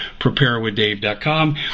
preparewithdave.com